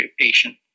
patient